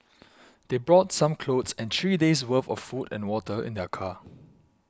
they brought some clothes and three days' worth of food and water in their car